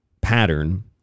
pattern